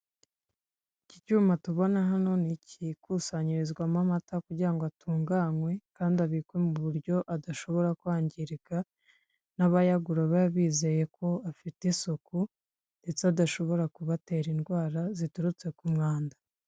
Iki cyuma tubona hano ni igikusanyirizwamo amata kugira ngo atunganywe kandi abikwe mu buryo adashobora kwangirika n'abayagura babe bizeye ko afite isuku ndetse adashobora kubatera indwara ziturutse ku mwanda.